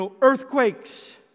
earthquakes